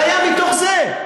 זה היה מתוך זה.